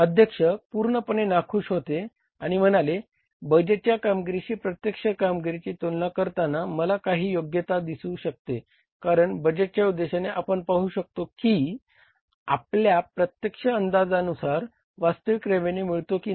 अध्यक्ष पूर्णपणे नाखूष होते आणि म्हणाले "बजेट कामगिरीशी प्रत्यक्ष कामगिरीची तुलना करताना मला काही योग्यता दिसू शकते कारण बजेटच्या उद्देशाने आपण पाहू शकतो की आपल्या प्रत्यक्ष अंदाजानुसार वास्तविक रेवेन्यू मिळतो की नाही